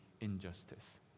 injustice